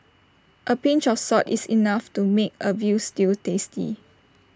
A pinch of salt is enough to make A Veal Stew tasty